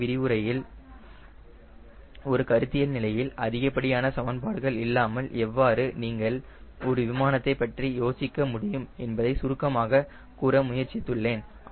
இன்றைய விரிவுரையில் ஒரு கருத்தியல் நிலையில் அதிகப்படியான சமன்பாடுகள் இல்லாமல் எவ்வாறு நீங்கள் ஒரு விமானத்தை பற்றி யோசிக்க முடியும் என்பதை சுருக்கமாக கூற முயற்சித்துள்ளேன்